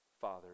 Father